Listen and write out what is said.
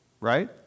right